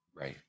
Right